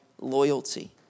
loyalty